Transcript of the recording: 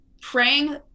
praying